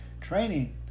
training